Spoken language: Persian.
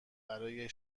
برای